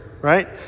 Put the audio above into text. right